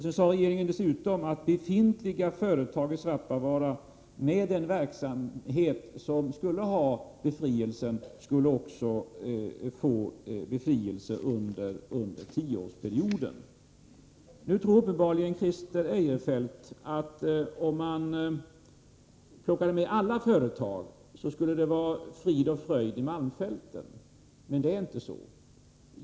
Regeringen sade dessutom att befintliga företag i Svappavaara med sådan verksamhet som skulle vara befriad från avgift skulle få befrielse också under tioårsperioden. Nu tror uppenbarligen Christer Eirefelt att det skulle vara frid och fröjd i malmfälten om man plockar med alla företag. Men det är inte så.